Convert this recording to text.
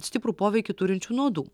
stiprų poveikį turinčių nuodų